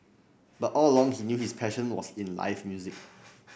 but all along he knew his passion was in live music